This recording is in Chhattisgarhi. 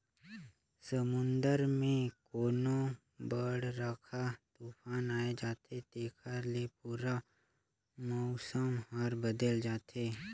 समुन्दर मे कोनो बड़रखा तुफान आये जाथे तेखर ले पूरा मउसम हर बदेल जाथे